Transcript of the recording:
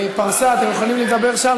פרסה, אתם יכולים לדבר שם.